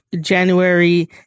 January